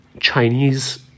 Chinese